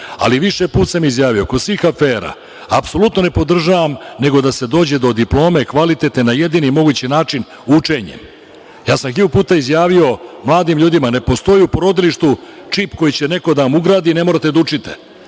Ali, više puta sam izjavio, kod svih afera apsolutno ne podržavam, nego da se dođe do diplome kvalitetne na jedini mogući način, učenjem. Hiljadu puta sam izjavio mladim ljudima. Ne postoji u porodilištu čip koji će neko da vam ugradi i ne morate da učite.